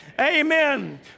Amen